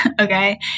Okay